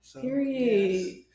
Period